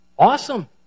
Awesome